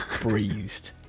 Breezed